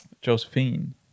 Josephine